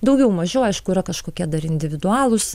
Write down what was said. daugiau mažiau aišku yra kažkokie dar individualūs